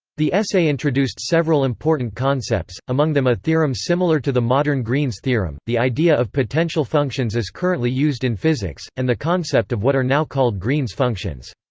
the essay introduced several important concepts, among them a theorem similar to the modern green's theorem, the idea of potential functions as currently used in physics, and the concept of what are now called green's functions.